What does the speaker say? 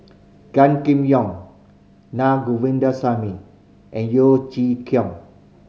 Gan Kim Yong Naa Govindasamy and Yeo Chee Kiong